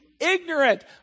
ignorant